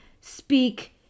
speak